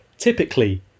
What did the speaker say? Typically